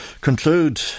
conclude